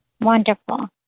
Wonderful